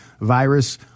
virus